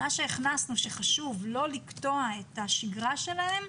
מה שהכנסנו כי חשוב לא לקטוע את השגרה שלהם.